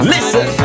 Listen